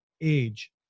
age